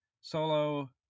solo